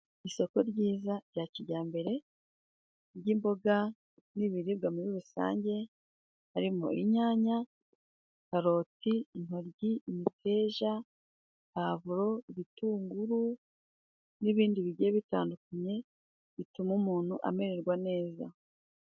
Isoko ryiza rya kijyambere ry'imboga n'ibiribwa muri rusange, harimo inyanya, karoti, intoryi, imiteja, pavuro, ibitunguru n'ibindi bigiye bitandukanye bituma umuntu amererwa neza.